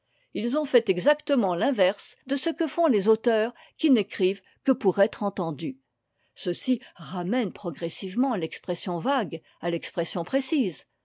ils ont fait exactement l'inverse de ce que font les auteurs qui n'écrivent que pour être entendus ceux-ci ramènent progressivement l'expression vague à l'expression précise